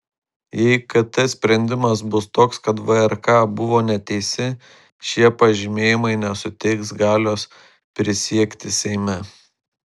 jei kt sprendimas bus toks kad vrk buvo neteisi šie pažymėjimai nesuteiks galios prisiekti seime